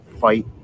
Fight